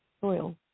soil